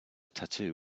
tattoo